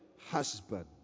husband